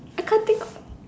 I can't think